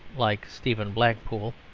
like stephen blackpool,